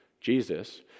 Jesus